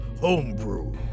homebrew